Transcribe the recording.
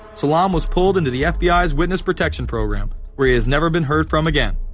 so um was pulled into the fbi's witness protection program. where he has never been heard from again.